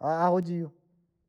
aaha ujio.